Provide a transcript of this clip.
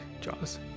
Jaws